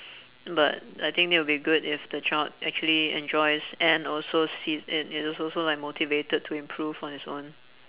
but I think it will be good if the child actually enjoys and also sees and is also like motivated to improve on his own